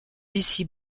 d’ici